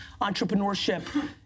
entrepreneurship